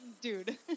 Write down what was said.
dude